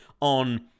on